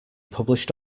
published